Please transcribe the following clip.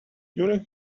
during